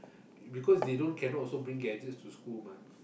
because they don't cannot also bring gadgets to school mah